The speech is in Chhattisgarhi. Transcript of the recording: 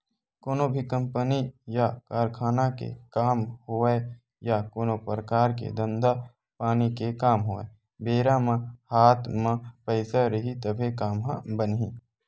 कोनो भी कंपनी या कारखाना के काम होवय या कोनो परकार के धंधा पानी के काम होवय बेरा म हात म पइसा रइही तभे काम ह बनही